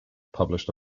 published